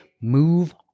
move